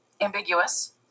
Ambiguous